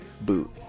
boot